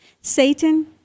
Satan